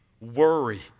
worry